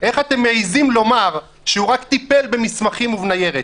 איך אתם מעיזים לומר שהוא רק טיפל במסמכים ובניירת?